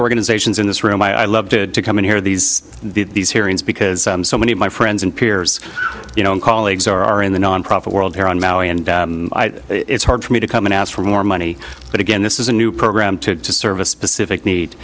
organizations in this room i love to come in here these these hearings because so many of my friends and peers you know and colleagues are in the nonprofit world here on maui and it's hard for me to come and ask for more money but again this is a new program to serve a specific need